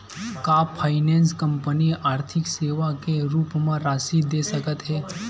का finance company आर्थिक सेवा के रूप म राशि दे सकत हे?